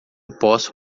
posso